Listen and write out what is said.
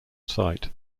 site